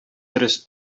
дөрес